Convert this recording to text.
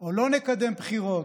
או לא נקדם בחירות,